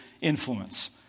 influence